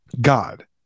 God